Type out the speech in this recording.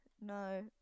no